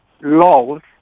laws